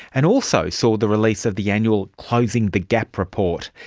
and also saw the release of the annual closing the gap report.